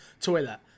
toilet